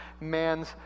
man's